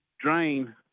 drain